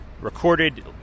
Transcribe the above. recorded